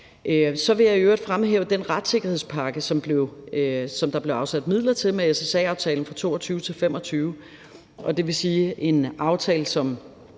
Så vil jeg i øvrigt fremhæve den retssikkerhedspakke, som der blev afsat midler til med SSA-aftalen fra 2022 til 2025, og det vil sige en aftale, som